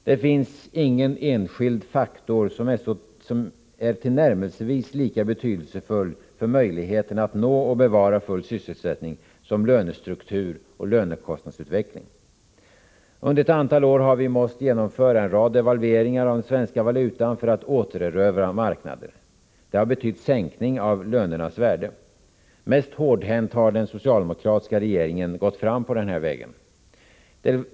Det finns ingen enskild faktor som är tillnärmelsevis lika betydelsefull för möjligheterna att nå och bevara full sysselsättning som lönestruktur och lönekostnadsutveckling. Under ett antal år har vi måst genomföra en rad devalveringar av den svenska valutan för att återerövra marknader. Det har betytt sänkning av lönernas värde. Mest hårdhänt har den socialdemokratiska regeringen gått fram på denna väg.